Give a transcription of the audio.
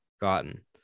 gotten